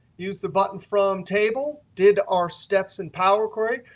used the button from table. did our steps in power query.